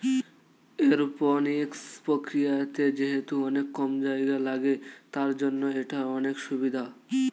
aeroponics প্রক্রিয়াতে যেহেতু অনেক কম জায়গা লাগে, তার জন্য এটার অনেক সুভিধা